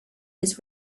his